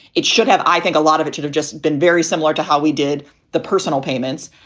it should have. i think a lot of it should have just been very similar to how we did the personal payments.